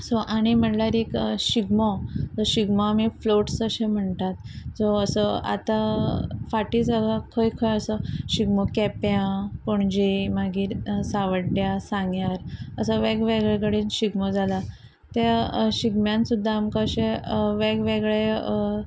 so आनी म्हणल्यार एक शिगमो शिगमो आमी फ्लोट्स अशे म्हणटात सो असो आतां फाटी जागां खंय खंय असो शिगमो केप्या पणजे मागीर सावड्ड्या सांग्यार असो वेगवेगळे कडेन शिगमो जाला त्या शिगम्यान सुद्दां आमकां अशे वेगवेगळे